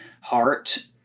heart